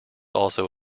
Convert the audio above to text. also